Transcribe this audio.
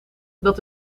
dat